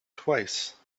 twice